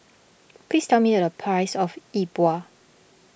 please tell me the price of Yi Bua